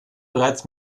bereits